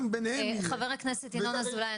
גם ביניהם --- חבר כנסת ינון אזולאי,